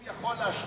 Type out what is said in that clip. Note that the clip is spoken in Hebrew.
אם הוא יכול להשפיע,